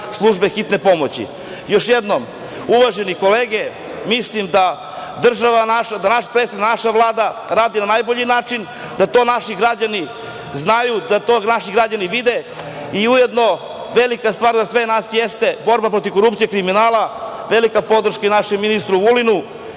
službe hitne pomoći. Još jednom, uvažene kolege, mislim da naša država, naš predsednik i naša Vlada rade na najbolji način, da to naši građani znaju, da to naši građani vide i ujedno velika stvar za sve nas jeste borba protiv korupcije, kriminala. Velika podrška i našem ministru Vulinu,